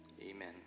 Amen